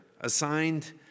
assigned